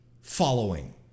following